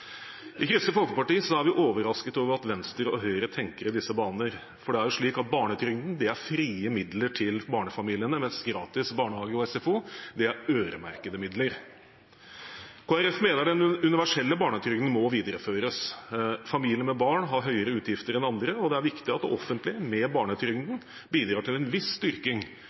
I Kristelig Folkeparti er vi overrasket over at Venstre og Høyre tenker i disse baner, for barnetrygden er frie midler til barnefamiliene, mens gratis barnehage og SFO er øremerkede midler. Kristelig Folkeparti mener den universelle barnetrygden må videreføres. Familier med barn har høyere utgifter enn andre, og det er viktig at det offentlige bidrar med barnetrygden til en viss styrking